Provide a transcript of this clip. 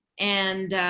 and